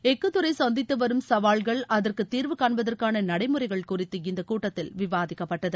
எஃகுத்துறைசந்தித்துவரும் சவால்கள் அதற்குதீர்வுகாண்பதற்கானநடைமுறைகள் குறித்து இந்தகூட்டத்தில் விவாதிக்கப்பட்டது